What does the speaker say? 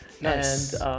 Nice